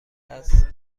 است